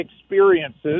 experiences